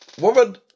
woman